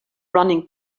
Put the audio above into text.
running